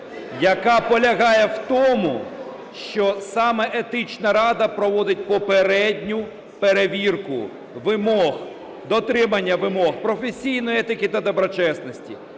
яка полягає в тому, що саме Етична рада проводить попередню перевірку вимог, дотримання вимог професійної етики та доброчесності.